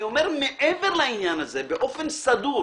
מעבר לעניין הזה באופן סדור,